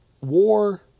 War